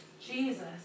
Jesus